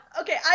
Okay